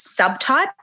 subtype